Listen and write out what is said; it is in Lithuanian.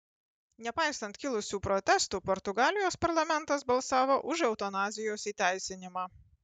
nepaisant kilusių protestų portugalijos parlamentas balsavo už eutanazijos įteisinimą